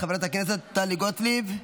חברת הכנסת טלי גוטליב,